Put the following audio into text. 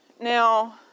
Now